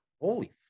holy